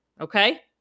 Okay